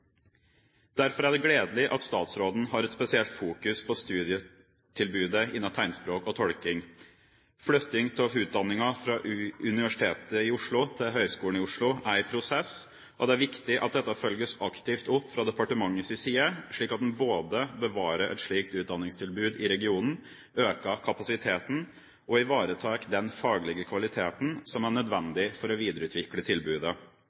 Derfor er det gledelig at statsråden har et spesielt fokus på studietilbudet innen tegnspråk og tolking. Flytting av utdanningen fra Universitetet i Oslo til Høgskolen i Oslo er i prosess, og det er viktig at dette følges aktivt opp fra departementets side, slik at man både bevarer et slikt utdanningstilbud i regionen, øker kapasiteten og ivaretar den faglige kvaliteten som er